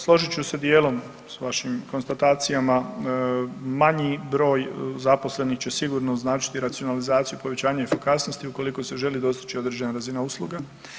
Složit ću se dijelom s vašim konstatacijama, manji broj zaposlenih će sigurno značiti racionalizaciju povećanja efikasnosti ukoliko se želi dostići određena razina usluga.